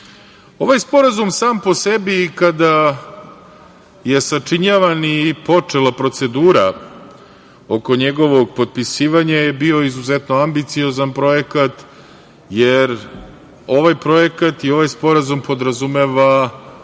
sporazum sam po sebi i kada je sačinjavan i počela procedura oko njegovog potpisivanja je bio izuzetno ambiciozan projekat, jer ovaj projekat i ovaj sporazum podrazumeva